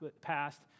past